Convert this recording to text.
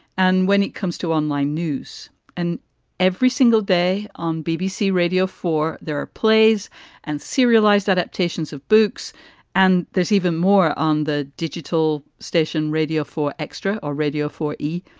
and when it comes to online news and every single day on bbc radio four, there are plays and serialized adaptations of books and there's even more on the digital station, radio for extra or radio for e!